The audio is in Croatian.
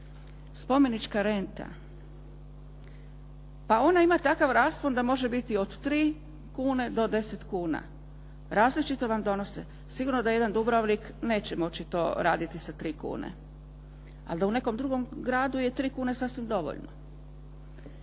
Spomenička renta. Pa ona ima takav raspon da može biti od 3 kune do 10 kuna. Različito vam donose. Sigurno da jedan Dubrovnik neće moći to raditi sa 3 kune, ali u nekom drugom gradu je 3 kune sasvim dovoljno.